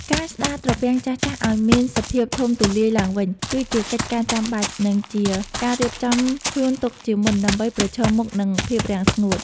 ការស្តារត្រពាំងចាស់ៗឱ្យមានសភាពធំទូលាយឡើងវិញ គឺជាកិច្ចការចាំបាច់ និងជាការរៀបចំខ្លួនទុកជាមុនដើម្បីប្រឈមមុខនឹងភាពរាំងស្ងួត។